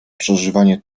przeżywanie